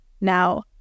Now